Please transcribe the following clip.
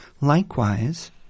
Likewise